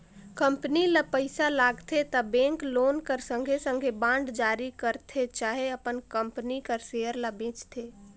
company ल पइसा लागथे त बेंक लोन कर संघे संघे बांड जारी करथे चहे अपन कंपनी कर सेयर ल बेंचथे